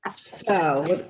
so. oh,